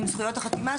עם זכויות החתימה,